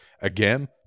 again